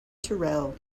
terrell